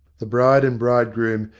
the bride and bridegroom,